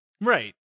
right